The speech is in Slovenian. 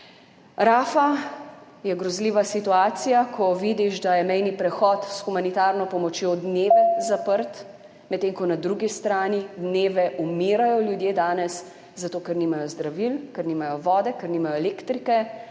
Rafa je grozljiva situacija, ko vidiš, da je mejni prehod s humanitarno pomočjo dneve zaprt, medtem ko na drugi strani dneve umirajo ljudje danes, zato ker nimajo zdravil, ker